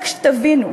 רק שתבינו,